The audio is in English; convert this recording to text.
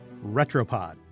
Retropod